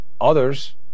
Others